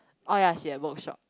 oh ya she at workshop